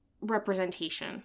representation